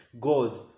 God